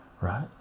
right